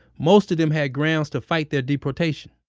most of them had grounds to fight their deportation.